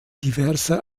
diverser